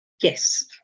Yes